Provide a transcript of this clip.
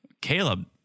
Caleb